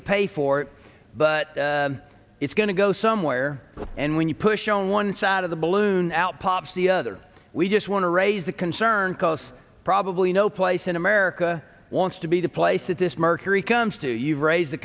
to pay for it but it's going to go somewhere and when you push on one side of the balloon out pops the other we just want to raise the concern because probably no place in america wants to be the place that this mercury comes to you've raised the